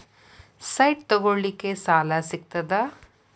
Site ತಗೋಳಿಕ್ಕೆ ಸಾಲಾ ಸಿಗ್ತದಾ?